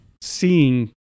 seeing